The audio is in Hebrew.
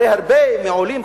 הרי הרבה מהעולים,